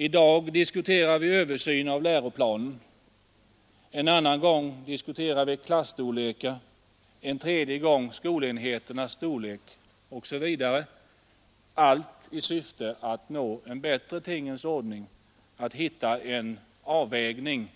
I dag diskuterar vi en översyn av läroplanen, en annan gång diskuterar vi klasstorleken, en tredje gång skolenheternas storlek osv., allt i syfte att nå en bättre tingens ordning, att hitta en avvägning